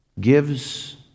Gives